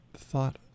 thought